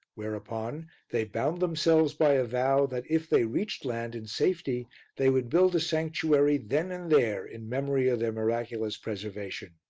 whereupon they bound themselves by a vow that if they reached land in safety they would build a sanctuary then and there in memory of their miraculous preservation.